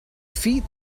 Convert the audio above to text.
feet